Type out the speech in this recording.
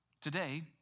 Today